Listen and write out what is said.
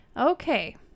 Okay